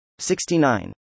69